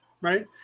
Right